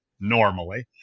normally